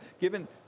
given